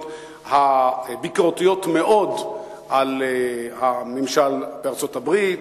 הביקורתיות מאוד על הממשל בארצות-הברית,